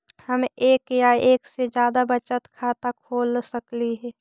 हम एक या एक से जादा बचत खाता खोल सकली हे?